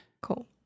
Cool